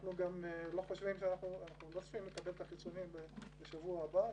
אנחנו לא צריכים לקבל את החיסונים בשבוע הבא,